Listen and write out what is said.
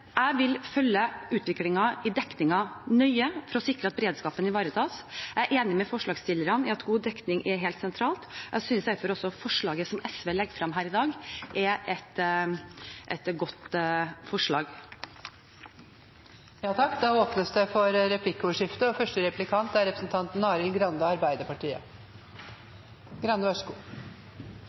Jeg vil følge utviklingen i dekningen nøye for å sikre at beredskapen er ivaretatt. Jeg er enig med forslagsstillerne i at god dekning er helt sentralt, og jeg synes derfor også at forslaget som SV legger frem her i dag, er et godt forslag. Det blir replikkordskifte. Det